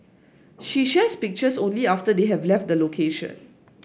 she shares pictures only after they have left the location